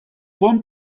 pont